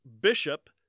Bishop